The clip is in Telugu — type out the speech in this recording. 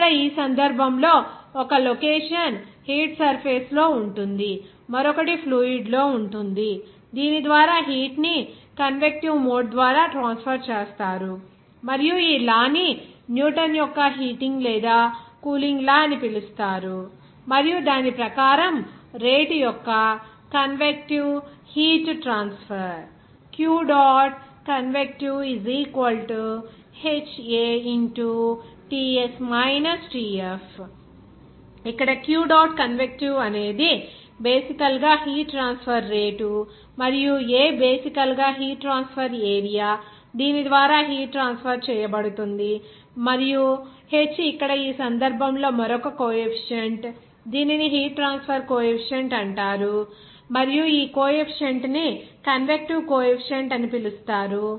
ఇక్కడ ఈ సందర్భంలో ఒక లొకేషన్ హీట్ సర్ఫేస్ లో ఉంటుంది మరియు మరొకటి ఫ్లూయిడ్ లో ఉంటుంది దీని ద్వారా హీట్ ని కన్వెక్టివ్ మోడ్ ద్వారా ట్రాన్స్ఫర్ చేస్తారు మరియు ఈ లా ని న్యూటన్ యొక్క హీటింగ్ లేదా కూలింగ్ లా అని పిలుస్తారు మరియు దాని ప్రకారం రేటు యొక్క కన్వెక్టివ్ హీట్ ట్రాన్స్ఫర్ QconvhA ఇక్కడ Q డాట్ కన్వెక్టివ్ అనేది బేసికల్ గా హీట్ ట్రాన్స్ఫర్ రేటు మరియు A బేసికల్ గా హీట్ ట్రాన్స్ఫర్ ఏరియా దీని ద్వారా హీట్ ట్రాన్స్ఫర్ చేయబడుతుంది మరియు h ఇక్కడ ఈ సందర్భంలో మరొక కోఎఫీసియంట్ దీనిని హీట్ ట్రాన్స్ఫర్ కోఎఫీసియంట్ అంటారు మరియు ఈ కోఎఫీసియంట్ ని కన్వెక్టివ్ కోఎఫీసియంట్ అని పిలుస్తారు